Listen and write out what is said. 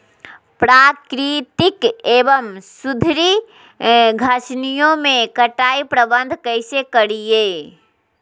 प्राकृतिक एवं सुधरी घासनियों में कटाई प्रबन्ध कैसे करीये?